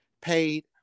paid